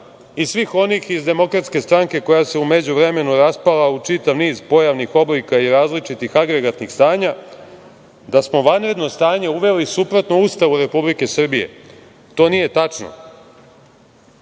i svih onih iz DS koja se u međuvremenu raspala u čitav niz pojavnih oblika i različitih agregatnih stanja, da smo vanredno stanje uveli suprotno Ustavu Republike Srbije. To nije tačno.